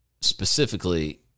Specifically